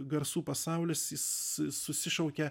garsų pasaulis jis susišaukia